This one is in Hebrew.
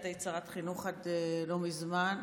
את היית שרת החינוך עד לא מזמן,